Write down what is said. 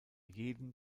jedem